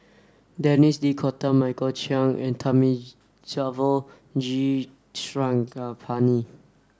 Denis D'Cotta Michael Chiang and Thamizhavel G Sarangapani